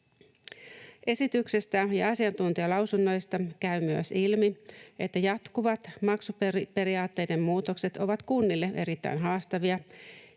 Esityksestä ja asiantuntijalausunnoista käy myös ilmi, että jatkuvat maksuperiaatteiden muutokset ovat kunnille erittäin haastavia